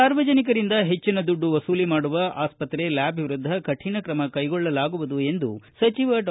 ಸಾರ್ವಜನಿಕರಿಂದ ಹೆಚ್ಚಿನ ದುಡ್ಡು ವಸೂಲಿ ಮಾಡುವ ಆಸ್ಪತ್ರೆ ಲ್ಕಾಬ್ ವಿರುದ್ದ ಕಠಿಣ ಕ್ರಮ ಕೈಗೊಳ್ಳಲಾಗುವುದು ಎಂದು ಸಚಿವ ಡಾ